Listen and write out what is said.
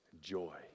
joy